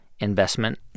investment